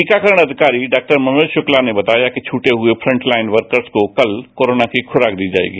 टीकाकरण अधिकारी डॉ मनोज शुक्ला ने बताया कि फूटे हुए फ्रंटलाइन वर्कर्त को कल कोरोना की खुरांक दी जाएगी